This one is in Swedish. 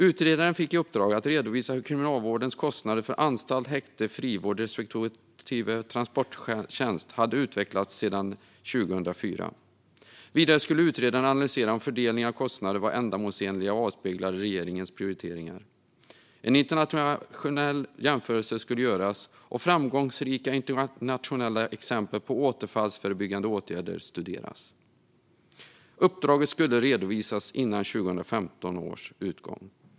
Utredaren fick i uppdrag att redovisa hur Kriminalvårdens kostnader för anstalt, häkte, frivård respektive transporttjänst hade utvecklats sedan 2004. Vidare skulle utredaren analysera om fördelningen av kostnaderna var ändamålsenliga och avspeglade regeringens prioriteringar. En internationell jämförelse skulle göras, och framgångsrika internationella exempel på återfallsförebyggande åtgärder skulle studeras. Uppdraget skulle redovisas före 2015 års utgång.